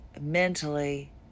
mentally